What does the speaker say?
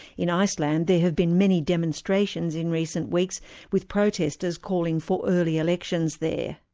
in iceland, there have been many demonstrations in recent weeks with protesters calling for early elections there.